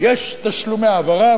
יש תשלומי העברה,